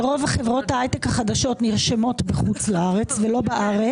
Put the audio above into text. כשרוב חברות ההייטק החדשות נרשמות בחוץ לארץ ולא בארץ,